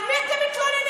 על מי אתם מתלוננים?